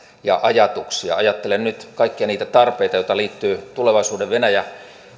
ja ajatuksia ajattelen nyt kaikkia niitä tarpeita joita liittyy tulevaisuuden venäjä